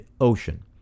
Ocean